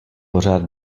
pořád